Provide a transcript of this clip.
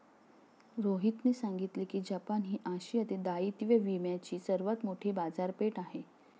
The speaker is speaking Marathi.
रोहितने सांगितले की जपान ही आशियातील दायित्व विम्याची सर्वात मोठी बाजारपेठ आहे